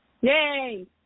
Yay